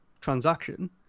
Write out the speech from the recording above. transaction